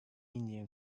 indian